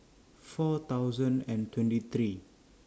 four thousand and twenty three